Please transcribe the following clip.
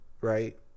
right